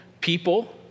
people